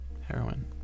heroin